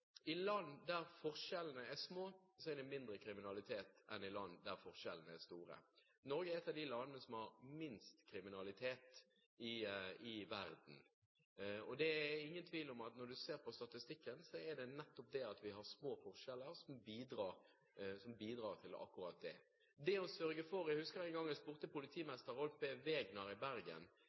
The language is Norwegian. i land der forskjellene er små, er det mindre kriminalitet enn i land der forskjellene er store. Norge er ett av de landene som har minst kriminalitet i verden. Det er ingen tvil om, når man ser på statistikken, at nettopp det at vi har små forskjeller, bidrar til akkurat det. Jeg husker at jeg ved en anledning spurte Rolf B. Wegner – den gang politimester i Bergen: